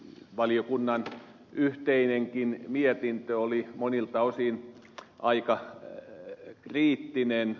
valiokunnan yhteinenkin mietintö oli monilta osin aika kriittinen